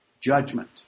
Judgment